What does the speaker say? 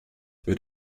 wird